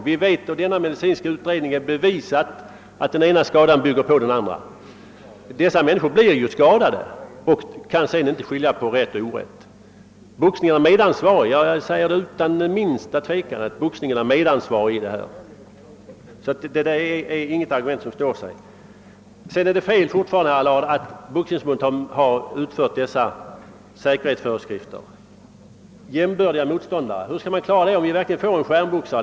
Vi vet att det enligt denna medicinska utredning är bevisat att den ena skadan bygger på den andra. Dessa människor blir ju skadade och kan sedan inte skilja på rätt och orätt. Boxningen är medansvarig. Jag säger utan minsta tvekan att boxningen är medansvarig i detta. Vidare är det fel, herr Allard, att Boxningsförbundet har genomfört dessa säkerhetsföreskrifter. Hur skall man klara begreppet »jämbördiga motståndare», om vi verkligen får en stjärnboxare?